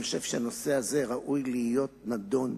אני חושב שהנושא הזה ראוי להיות נדון,